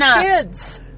kids